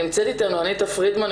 נמצאת איתנו אניטה פרידמן,